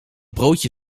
broodje